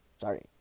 sorry